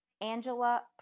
Angela